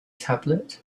tablet